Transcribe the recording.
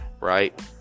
Right